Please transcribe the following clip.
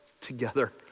together